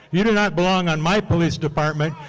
you do not belong on my police department,